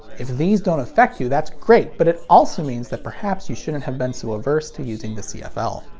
if these don't affect you, that's great! but it also means that perhaps you shouldn't have been so averse to using the cfl.